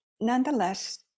nonetheless